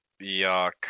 Yuck